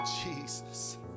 Jesus